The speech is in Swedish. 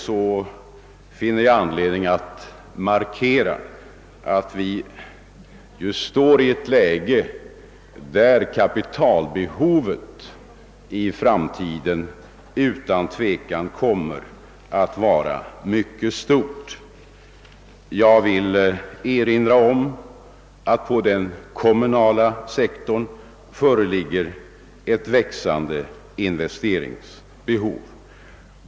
Det finns anledning understryka att kapitalbe hovet i framtiden utan tvivel kommer att vara mycket stort. Jag vill erinra om att det på den kommunala sektorn föreligger ett växande investeringsbehov.